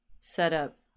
setup